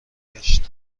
گشت